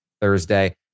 Thursday